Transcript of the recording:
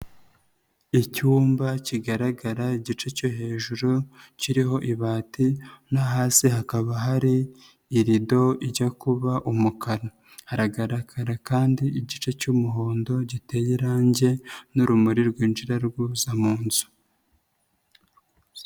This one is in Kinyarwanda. Icyumba kigaragara igice cyo hejuru kiriho ibati no hasi hakaba hari irido ijya kuba umukara, haragaragara kandi igice cy'umuhondo giteye irangi n'urumuri rwinjira ruza mu nzu.